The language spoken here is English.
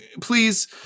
please